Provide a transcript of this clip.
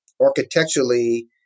architecturally